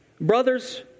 Brothers